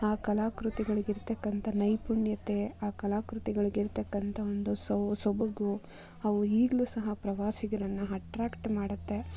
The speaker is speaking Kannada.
ಆ ಕಲಾ ಕೃತಿಗಳಿಗಿರ್ತಕ್ಕಂಥ ನೈಪುಣ್ಯತೆ ಆ ಕಲಾ ಕೃತಿಗಳಿಗಿರ್ತಕ್ಕಂಥ ಒಂದು ಸೊಬಗು ಅವು ಈಗಲೂ ಸಹ ಪ್ರವಾಸಿಗರನ್ನು ಅಟ್ರಾಕ್ಟ್ ಮಾಡುತ್ತೆ